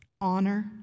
honor